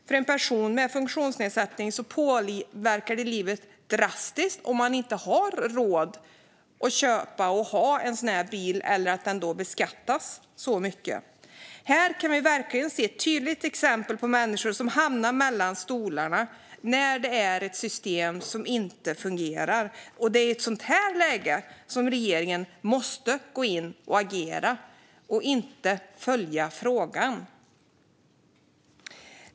För en person med funktionsnedsättning påverkar det livet drastiskt att inte ha råd att köpa den bil man behöver eller om bilen beskattas på detta sätt. Här kan vi se ett tydligt exempel på människor som hamnar mellan stolarna när systemet inte fungerar. I ett sådant läge måste regeringen gå in och agera och inte bara följa frågan.